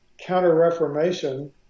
counter-reformation